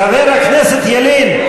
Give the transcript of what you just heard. חבר הכנסת ילין,